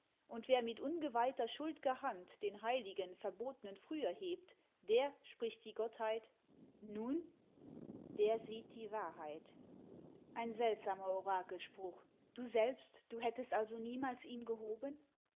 und wer mit ungeweihter schuldger hand den heiligen verbotnen früher hebt der spricht die gottheit nun der sieht die wahrheit ein seltsamer orakelspruch du selbst du hättest also niemals ihn gehoben